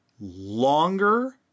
longer